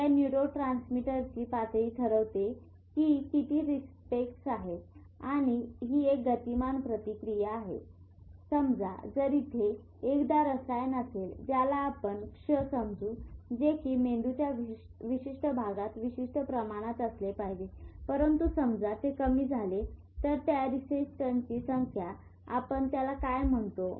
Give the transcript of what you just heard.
या न्यूरोट्रांसमीटरची पातळी ठरवते की किती रिसेप्टर्स आहेत आणि ही एक गतिमान प्रक्रिया आहे समजा जर इथे एकदा रसायन असेल ज्याला आपण क्ष समजू जे कि मेंदूच्या विशिष्ट भागात विशिष्ट प्रमाणात असले पाहिजे परंतु समजा ते कमी झाले तर त्यां रिसेप्टर्सची संख्या आपण त्याला काय म्हणतो